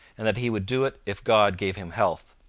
and that he would do it if god gave him health.